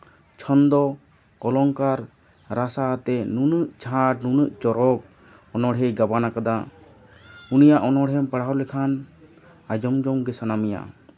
ᱪᱷᱚᱱᱫᱚ ᱚᱞᱚᱝᱠᱟᱨ ᱨᱟᱥᱟ ᱟᱛᱮᱜ ᱱᱩᱱᱟᱹᱜ ᱪᱷᱟᱴ ᱱᱩᱱᱟᱹᱜ ᱪᱚᱨᱚᱠ ᱚᱱᱚᱲᱦᱮᱸ ᱜᱟᱵᱟᱱ ᱠᱟᱫᱟ ᱩᱱᱤᱭᱟᱜ ᱚᱱᱚᱲᱦᱮᱸᱢ ᱯᱟᱲᱦᱟᱣ ᱞᱮᱠᱷᱟᱱ ᱟᱸᱡᱚᱢ ᱡᱚᱝᱜᱮ ᱥᱟᱱᱟᱢᱮᱭᱟ